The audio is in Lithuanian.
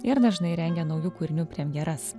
ir dažnai rengia naujų kūrinių premjeras